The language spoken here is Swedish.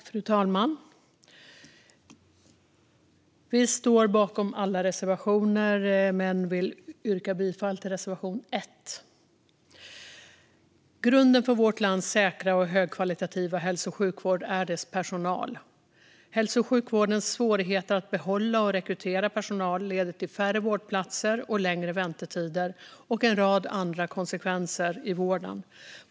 Fru talman! Jag står bakom alla våra reservationer men yrkar bifall endast till reservation 1. Grunden för vårt lands säkra och högkvalitativa hälso och sjukvård är dess personal. Hälso och sjukvårdens svårigheter att behålla och rekrytera personal leder till färre vårdplatser, längre väntetider och en rad andra konsekvenser i vården.